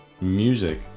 music